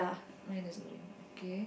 mine is green okay